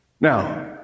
Now